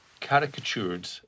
caricatured